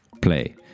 play